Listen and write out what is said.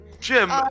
Jim